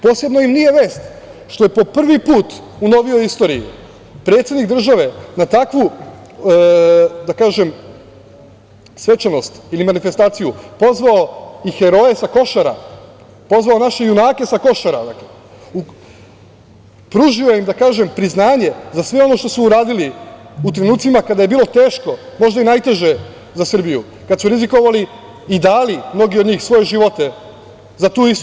Posebno im nije vest što je po prvi put u novijoj istoriji predsednik države na takvu, da kažem, svečanost ili manifestaciju pozvao heroje sa Košara, pozvao naše junake sa Košara, pružio im, da kažem, priznanje za sve ono što su uradili u trenucima kada je bilo teško, možda i najteže za Srbiju, kad su rizikovali i dali mnogi od njih svoje živote, za tu istu